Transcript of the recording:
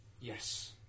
Yes